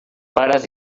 pares